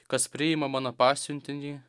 kas priima mano pasiuntinį